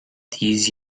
these